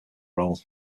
role